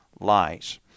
Lies